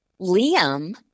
Liam